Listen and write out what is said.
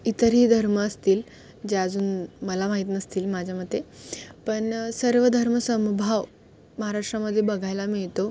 इतरही धर्म असतील जे अजून मला माहीत नसतील माझ्या मते पण सर्व धर्म समभाव महाराष्ट्रामध्ये बघायला मिळतो